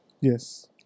yes